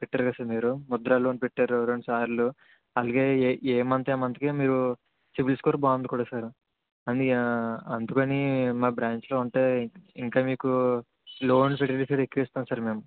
పెట్టారు కదా సార్ మీరు ముద్ర లోన్ పెట్టారు రెండు సార్లు అలాగే ఏ ఏ మంత్ ఆ మంత్కి మీరు చూపింకోటం బాగుంది సార్ అందుకే అందుకని మా బ్రాంచ్లో ఉంటే ఇంకా మీకు లోన్ ఫెసిలిటీ ఎక్కువ ఇస్తాం సార్ మేము